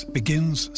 begins